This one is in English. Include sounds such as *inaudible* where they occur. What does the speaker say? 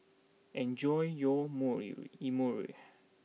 enjoy your *unintelligible* Imoni